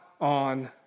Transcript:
on